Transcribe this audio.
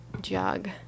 jog